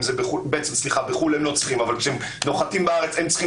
בחוץ לארץ הם לא צריכים אבל כשהם נוחתים בארץ הם צריכים